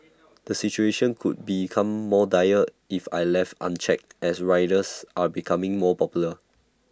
the situation could become more dire if I left unchecked as riders are becoming more popular